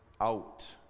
out